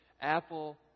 Apple